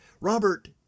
Robert